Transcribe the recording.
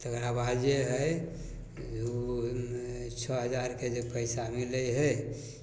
तकरा बाद जे हइ ओ छओ हजारके जे पइसा मिलै हइ